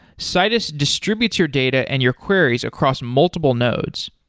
citus distributes your data and your queries across multiple nodes.